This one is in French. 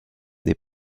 des